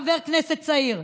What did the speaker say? חבר כנסת צעיר,